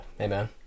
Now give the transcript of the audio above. Amen